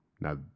Now